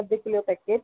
अधि किले जो पैकिट